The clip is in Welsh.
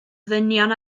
ddynion